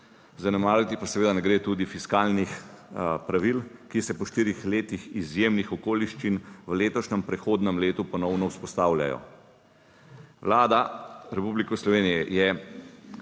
zanemariti pa seveda ne gre tudi fiskalnih pravil, ki se po štirih letih izjemnih okoliščin v letošnjem prehodnem letu ponovno vzpostavljajo. Vlada Republike Slovenije je